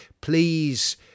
please